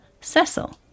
Cecil